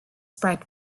spread